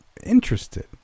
interested